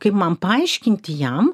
kaip man paaiškinti jam